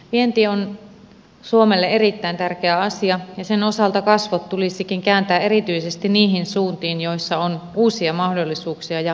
vienti on suomelle erittäin tärkeä asia ja sen osalta kasvot tulisikin kääntää erityisesti niihin suuntiin joissa on uusia mahdollisuuksia ja kasvupotentiaalia